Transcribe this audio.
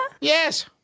Yes